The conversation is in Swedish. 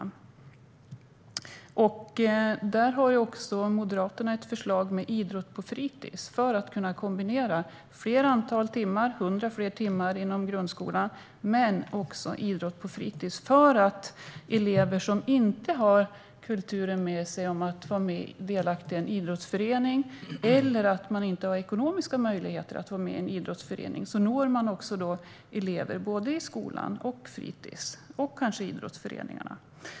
Moderaterna har ett förslag om idrott på fritis för att man ska kunna kombinera 100 fler timmar idrott inom grundskolan med idrott på fritis för att nå elever som inte har kulturen med sig eller ekonomiska möjligheter att vara delaktiga i en idrottsförening.